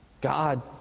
God